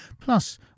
Plus